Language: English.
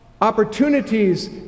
Opportunities